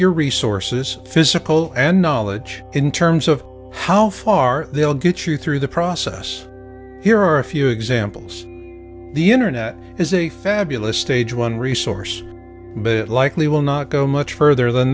your resources physical and knowledge in terms of how far they'll get you through the process here are a few examples the internet is a fabulous stage one resource bit likely will not go much further than